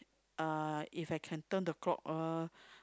uh If I can turn the clock uh